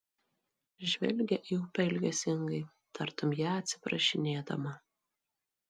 žvelgia į upę ilgesingai tartum ją atsiprašinėdama